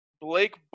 Blake